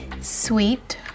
sweet